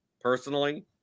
personally